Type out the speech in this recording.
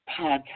podcast